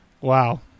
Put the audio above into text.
Wow